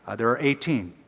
ah there are eighteen.